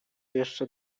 jeszcze